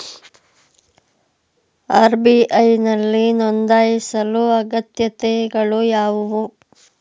RBI ನಲ್ಲಿ ನೊಂದಾಯಿಸಲು ಅಗತ್ಯತೆಗಳು ಯಾವುವು?